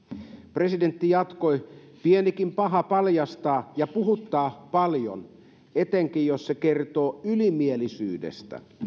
presidentti jatkoi pienikin paha paljastaa ja puhuttaa paljon etenkin jos se kertoo ylimielisyydestä